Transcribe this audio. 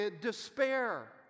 despair